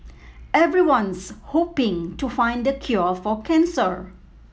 everyone's hoping to find the cure for cancer